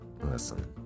listen